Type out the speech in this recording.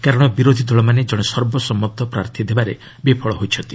କାରଣ ବିରୋଧୀ ଦଳ ମାନେ ଜଣେ ସର୍ବସମ୍ମତ ପ୍ରାର୍ଥୀ ଦେବାରେ ବିଫଳ ହୋଇଛନ୍ତି